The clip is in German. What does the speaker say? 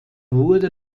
wurde